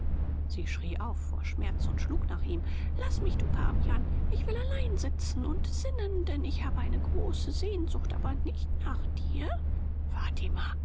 sie schrie auf vor schmerz und schlug nach ihm laß mich du pavian ich will allein sitzen und sinnen denn ich habe eine große sehnsucht aber nicht nach dir